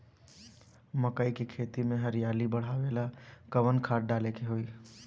मकई के खेती में हरियाली बढ़ावेला कवन खाद डाले के होई?